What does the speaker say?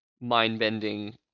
mind-bending